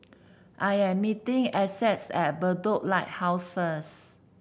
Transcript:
I am meeting Essex at Bedok Lighthouse first